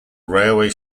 railway